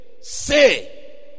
say